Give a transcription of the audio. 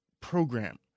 program